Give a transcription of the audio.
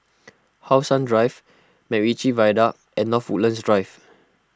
How Sun Drive MacRitchie Viaduct and North Woodlands Drive